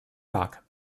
mag